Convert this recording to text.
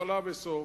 התחלה וסוף,